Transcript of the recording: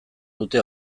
dute